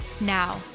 Now